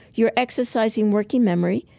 you're exercising working memory,